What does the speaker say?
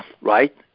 Right